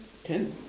can